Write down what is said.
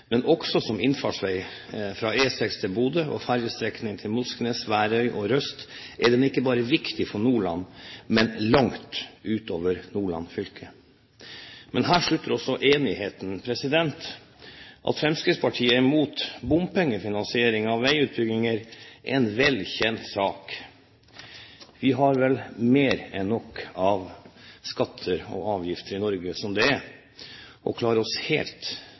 men langt utover fylket. Men her slutter også enigheten. At Fremskrittspartiet er imot bompengefinansiering av vegutbygginger, er en vel kjent sak. Vi har vel mer enn nok av skatter og avgifter i Norge som det er, og klarer oss helt